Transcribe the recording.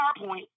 PowerPoint